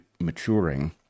maturing